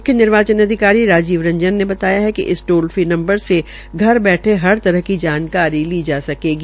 म्ख्य निर्वाचन अधिकारी राजीव रंजन ने बताया कि इस टोल फ्री नबंर से घर बैठे हर तरह की जानकारी ली जा सकेगी